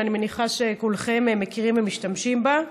שאני מניחה שכולכם מכירים ומשתמשים בה.